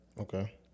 Okay